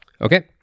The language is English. Okay